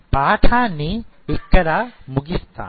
పాఠాన్ని ఇక్కడ ముగిస్తాను